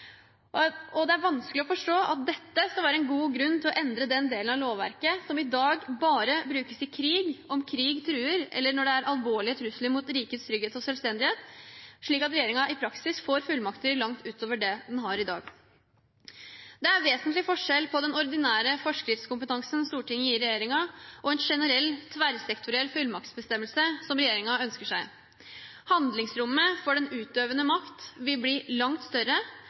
Det er vanskelig å forstå at dette skal være en god grunn til å endre den delen av lovverket som i dag bare brukes i krig, om krig truer, eller når det er alvorlige trusler mot rikets trygghet og selvstendighet, slik at regjeringen i praksis får fullmakter langt utover det den har i dag. Det er vesentlig forskjell på den ordinære forskriftskompetansen Stortinget gir regjeringen, og en generell tverrsektoriell fullmaktsbestemmelse som regjeringen ønsker seg. Handlingsrommet for den utøvende makt vil bli langt større,